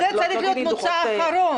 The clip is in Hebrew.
אבל זה צריך להיות מוצא אחרון.